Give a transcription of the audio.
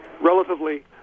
relatively